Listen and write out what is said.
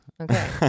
Okay